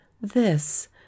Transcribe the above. This—